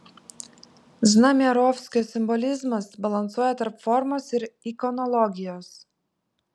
znamierovskio simbolizmas balansuoja tarp formos ir ikonologijos